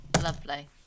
Lovely